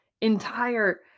entire